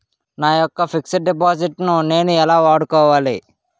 నా యెక్క fixed deposit ను నేను ఎలా వాడుకోవాలి?